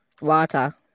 Water